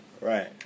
Right